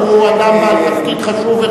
שהוא אדם בעל תפקיד חשוב,